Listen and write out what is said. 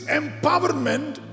empowerment